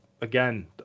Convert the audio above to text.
Again